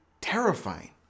terrifying